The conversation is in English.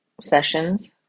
sessions